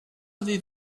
avez